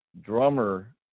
drummer